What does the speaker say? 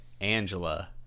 Angela